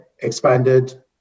expanded